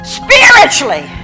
spiritually